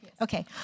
Okay